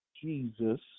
Jesus